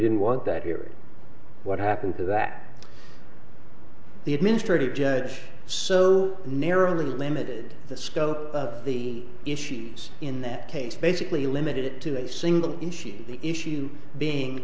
didn't want that here what happened to that the administrative judge so narrowly limited the scope of the issues in that case basically limited it to a single issue the issue being